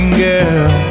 girl